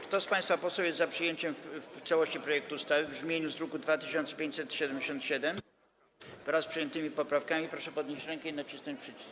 Kto z państwa posłów jest za przyjęciem w całości projektu ustawy w brzmieniu z druku nr 2577, wraz z przyjętymi poprawkami, proszę podnieść rękę i nacisnąć przycisk.